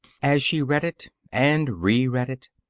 as she read it and reread it,